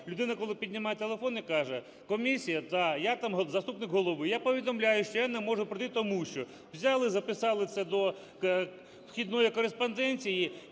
людина, коли піднімає телефон і каже: "Комісія, да, я, там, заступник голови, я повідомляю, що я не можу прийти, тому що…". Взяли записали це до вхідної кореспонденції